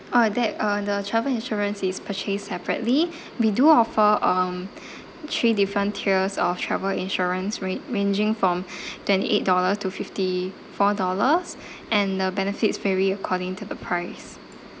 oh that uh the travel insurance is purchase separately we do offer um three different tiers of travel insurance rate ranging from twenty eight dollars to fifty four dollars and the benefits vary according to the price